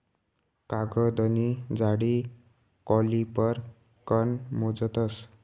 कागदनी जाडी कॉलिपर कन मोजतस